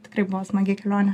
tikrai buvo smagi kelionė